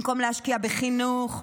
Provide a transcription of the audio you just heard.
במקום להשקיע בחינוך,